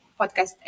podcast